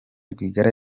rwigara